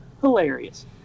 hilarious